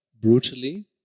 brutally